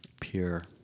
pure